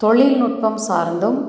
தொழில்நுட்பம் சார்ந்தும்